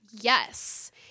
Yes